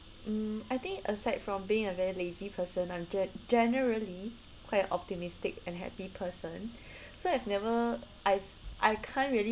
mm I think aside from being a very lazy person I'm ge~ generally quite optimistic and happy person so I've never I've I can't really